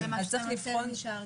זה משהו שגם אתם אישרתם.